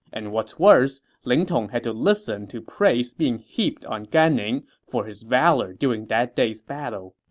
and what's worse, ling tong had to listen to praise being heaped on gan ning for his valor during that day's battle.